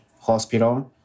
hospital